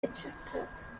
adjectives